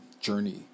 journey